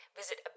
visit